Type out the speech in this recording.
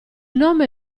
nome